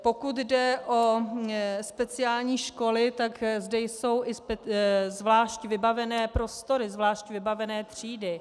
Pokud jde o speciální školy, tak zde jsou i zvlášť vybavené prostory, zvlášť vybavené třídy.